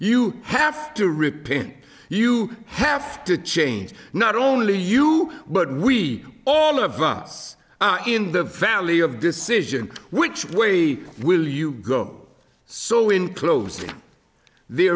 you have to repin you have to change not only you but we all of us in the valley of decision which way will you go so in closing the